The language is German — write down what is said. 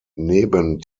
neben